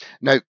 Now